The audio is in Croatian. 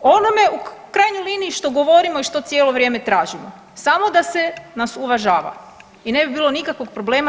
onome u krajnjoj liniji što govorimo i što cijelo vrijeme tražimo, samo da se nas uvažava i ne bilo nikakvog problema.